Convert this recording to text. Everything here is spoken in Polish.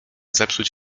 zepsuć